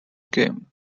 game